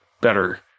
better